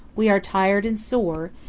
we are tired and sore,